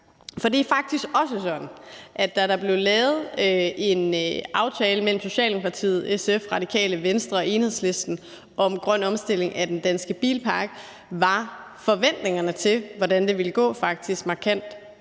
For det er faktisk også sådan, at da der blev lavet en aftale mellem Socialdemokratiet, SF, Radikale Venstre og Enhedslisten om en grøn omstilling af den danske bilpark, var forventningerne til, hvordan det ville gå, markant